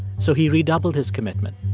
so he redoubled his commitment.